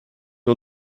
wir